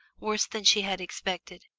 worse than she had expected,